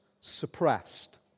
suppressed